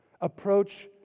Approach